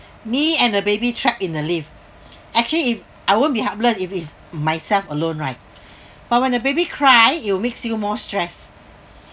me and the baby trapped in the lift actually it I won't be helpless if it's myself alone right but when the baby cry it will makes you more stress